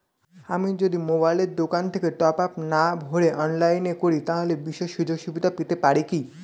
আমি যদি মোবাইলের দোকান থেকে টপআপ না ভরে অনলাইনে করি তাহলে বিশেষ সুযোগসুবিধা পেতে পারি কি?